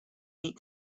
meat